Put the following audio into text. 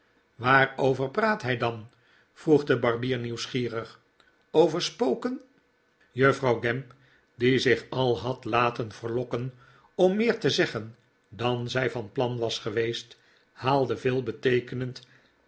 waaroyer praat hij dan vroeg de barbier nieuwsgierig over spoken juffrouw gamp die zich al had laten verlokken om meer te zeggen dan zij van plan was geweest haalde